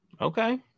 okay